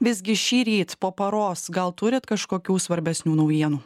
visgi šįryt po paros gal turit kažkokių svarbesnių naujienų